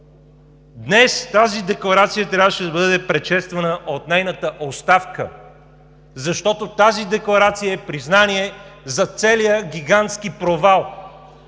Днес тази декларация трябваше да бъде предшествана от нейната оставка, защото тази декларация е признание за целия гигантски провал